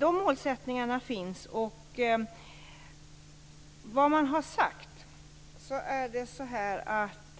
Målsättningarna finns alltså. Vad man har sagt är att